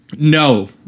No